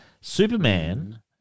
Superman